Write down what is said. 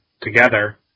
together